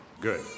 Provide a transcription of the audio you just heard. Good